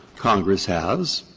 congress has,